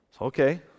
Okay